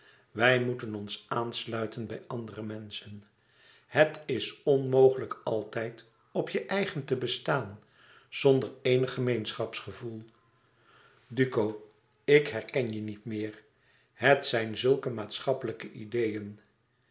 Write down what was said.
wij moeten ons aansluiten bij andere menschen het is onmogelijk altijd op je eigen te bestaan zonder eenig gemeenschapsgevoel duco ik herken je niet meer het zijn zulke maatschappelijke ideeën